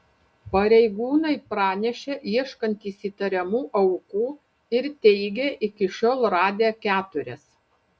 pareigūnai pranešė ieškantys įtariamų aukų ir teigė iki šiol radę keturias